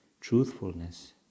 truthfulness